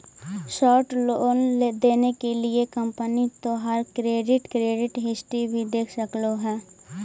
short loan देने के लिए कंपनी तोहार क्रेडिट क्रेडिट हिस्ट्री भी देख सकलउ हे